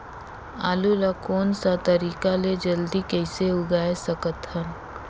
आलू ला कोन सा तरीका ले जल्दी कइसे उगाय सकथन?